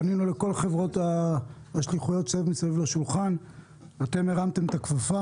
פנינו לכל חברות השליחויות ואתם הרמתם את הכפפה,